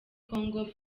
congo